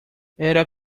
era